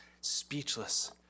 speechless